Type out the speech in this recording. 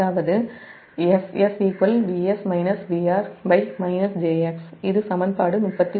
அதாவதுSSVS VR jx இது சமன்பாடு 31